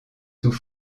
sous